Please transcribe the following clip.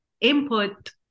input